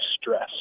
stress